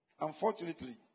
Unfortunately